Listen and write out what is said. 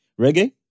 reggae